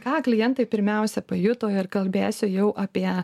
ką klientai pirmiausia pajuto ir kalbėsiu jau apie